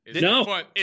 No